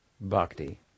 bhakti